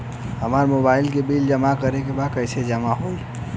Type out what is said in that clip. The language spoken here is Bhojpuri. हमार मोबाइल के बिल जमा करे बा कैसे जमा होई?